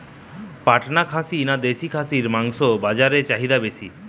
পাটনা খাসি না দেশী খাসির মাংস বাজারে চাহিদা বেশি?